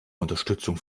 unterstützung